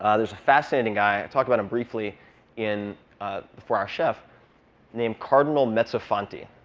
ah there's a fascinating guy i talk about him briefly in the four hour chef named cardinal mezzofanti.